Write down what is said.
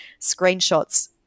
screenshots